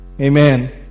Amen